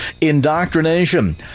Indoctrination